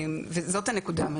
זאת הנקודה.